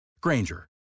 Granger